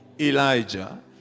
Elijah